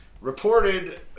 Reported